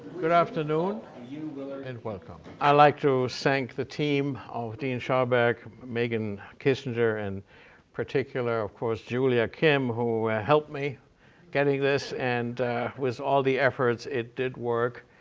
good afternoon and welcome. i'd like to thank the team of dean schaberg, megan kissinger, and particular, of course, julia kim, who helped me getting this and with all the efforts it did work.